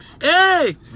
Hey